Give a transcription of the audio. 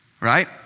right